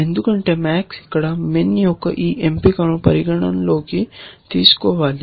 ఎందుకంటే MAX ఇక్కడ MIN యొక్క ఈ ఎంపికను పరిగణనలోకి తీసుకోవాలి